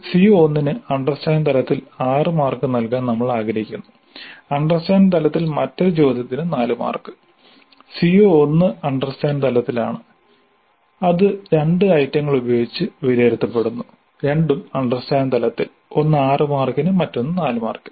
CO1 ന് understand തലത്തിൽ 6 mark നൽകാൻ നമ്മൾ ആഗ്രഹിക്കുന്നു അണ്ടർസ്റ്റാൻഡ് തലത്തിൽ മറ്റൊരു ചോദ്യത്തിന് 4 മാർക്ക് CO1 അണ്ടർസ്റ്റാൻഡ് തലത്തിലാണ് അത് രണ്ട് ഐറ്റങ്ങൾ ഉപയോഗിച്ച് വിലയിരുത്തപ്പെടുന്നു രണ്ടും അണ്ടർസ്റ്റാൻഡ് തലത്തിൽ ഒന്ന് 6 മാർക്കിന് മറ്റൊന്ന് 4 മാർക്കിൽ